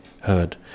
heard